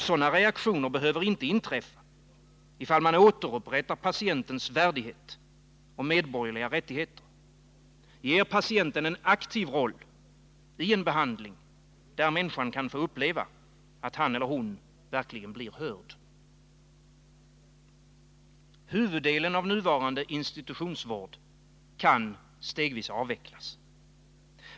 Sådana reaktioner behöver inte inträffa, om man återupprättar patientens värdighet och medborgerliga rättigheter, ger patienten en aktiv roll i en behandling där människan får uppleva att hon verkligen blir hörd. Huvuddelen av nuvarande institutionsvård kan stegvis avvecklas.